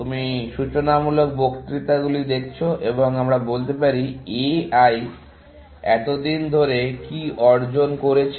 তুমি সূচনামূলক বক্তৃতাগুলি দেখছো এবং আমরা বলতে পারি A I এতদিন ধরে কি অর্জন করেছে